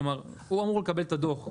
כלומר, הוא אמור לקבל את הדוח.